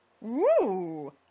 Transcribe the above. Woo